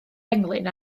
englyn